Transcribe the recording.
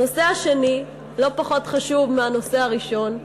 הנושא השני, שהוא לא פחות חשוב מהנושא הראשון,